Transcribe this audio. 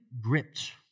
gripped